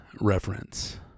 reference